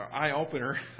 eye-opener